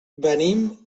venim